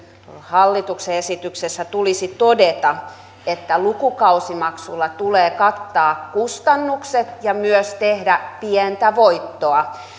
hallituksen esityksessä tulisi todeta että lukukausimaksulla tulee kattaa kustannukset ja myös tehdä pientä voittoa